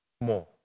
more